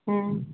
ਹੂ